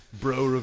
bro